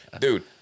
Dude